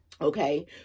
Okay